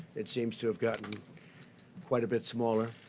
it seems to have gotten quite a bit smaller.